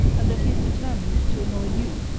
and that he is determined to annoy you.